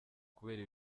kubera